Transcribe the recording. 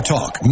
Talk